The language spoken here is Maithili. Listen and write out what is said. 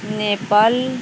मेपल